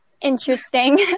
interesting